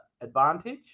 advantage